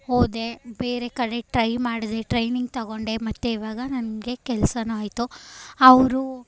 ಹೋದೆ ಬೇರೆ ಕಡೆ ಟ್ರೈ ಮಾಡಿದೆ ಟ್ರೈನಿಂಗ್ ತೊಗೊಂಡೆ ಮತ್ತು ಇವಾಗ ನನಗೆ ಕೆಲ್ಸವೂ ಆಯಿತು ಅವರು